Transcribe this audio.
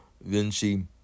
Vinci